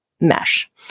mesh